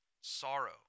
Sorrow